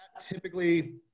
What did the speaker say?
typically